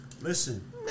Listen